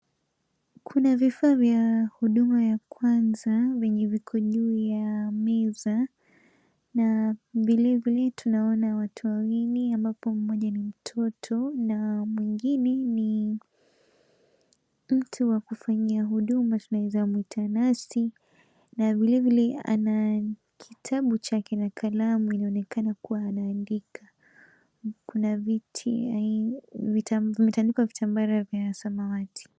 Kuna vifaa vya huduma ya kwanza vyenye viko juu ya meza na vilevile tunaona watu wawili ambapo mmoja ni mtoto na mwingine ni mtu wa kufanyia huduma, tunaeza mwita nasi na vilevile ana kitabu chake na kalamu inaonekana kuwa anaandika. Kuna viti vimetandikwa vitambara vya samawati.